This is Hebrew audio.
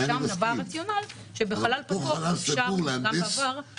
והרציונל שבחלל פתוח אפשר --- זה אני מסכים.